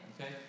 Okay